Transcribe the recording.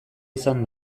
izan